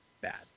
bad